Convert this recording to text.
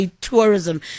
Tourism